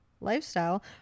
lifestyle